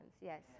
Yes